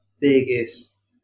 biggest